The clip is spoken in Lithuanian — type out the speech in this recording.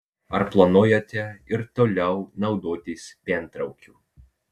ar planuojate ir toliau naudotis pientraukiu